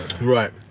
Right